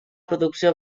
producció